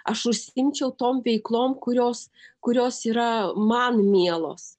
aš užsiimčiau tom veiklom kurios kurios yra man mielos